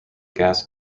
gas